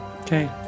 Okay